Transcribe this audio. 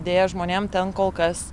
deja žmonėm ten kol kas